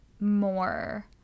more